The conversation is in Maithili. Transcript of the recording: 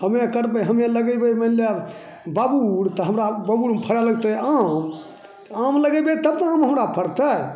हमे करबै हमे लगेबै मानिले बबूर तऽ हमरा बबूरमे फड़ै लागतै आम आम लगेबै तब तऽ आम हमरा फड़तै